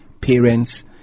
parents